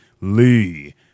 Lee